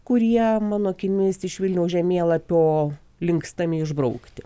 kurie mano akimis iš vilniaus žemėlapio linkstami išbraukti